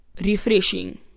refreshing